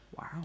Wow